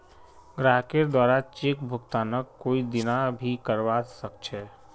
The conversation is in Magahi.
ग्राहकेर द्वारे चेक भुगतानक कोई दीना भी रोकवा सख छ